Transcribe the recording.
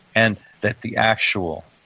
and that the actual,